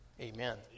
Amen